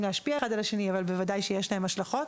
להשפיע אחד על השני אבל בוודאי שיש להם השלכות.